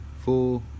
four